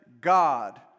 god